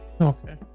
Okay